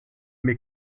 mes